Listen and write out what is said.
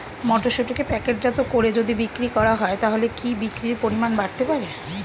মটরশুটিকে প্যাকেটজাত করে যদি বিক্রি করা হয় তাহলে কি বিক্রি পরিমাণ বাড়তে পারে?